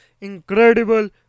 incredible